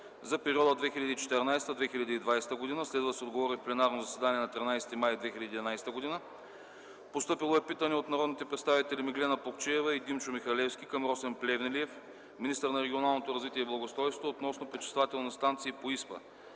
за периода 2014-2020 г. Следва да се отговори в пленарното заседание на 13 май 2011 г. Постъпило е питане от народните представители Меглена Плугчиева и Димчо Михалевски към Росен Плевнелиев – министър на регионалното развитие и благоустройството, относно пречиствателни станции по ИСПА.